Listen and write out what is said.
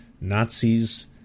Nazis